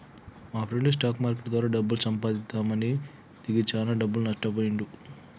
మాప్రెండు stock market ద్వారా డబ్బు సంపాదిద్దామని దిగి చానా డబ్బులు నట్టబొయ్యిండు